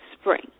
spring